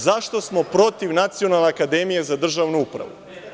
Zašto smo protiv nacionalne akademije za državnu upravu?